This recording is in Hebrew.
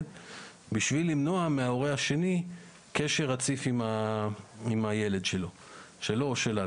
בשביל למנוע מההורה השני קשר רציף עם הילד שלו או שלה.